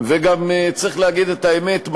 וגם צריך להגיד את האמת,